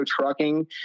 trucking